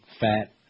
fat